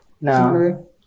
No